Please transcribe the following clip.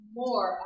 more